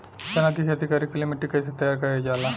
चना की खेती कर के लिए मिट्टी कैसे तैयार करें जाला?